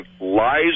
lies